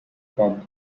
pub